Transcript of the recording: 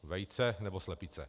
Vejce, nebo slepice?